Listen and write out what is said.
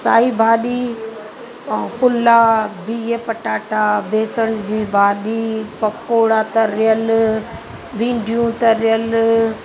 साई भाॼी ऐं पुलाव बिह पटाटा बेसण जी भाॼी पकौड़ो तरियल भींडियूं तरियल